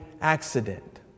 accident